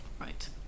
Right